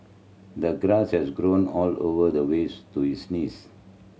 the grass has grown all over the ways to his knees